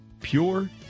pure